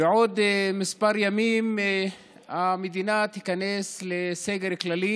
בעוד כמה ימים המדינה תיכנס לסגר כללי,